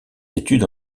débuts